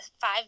five